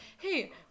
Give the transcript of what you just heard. hey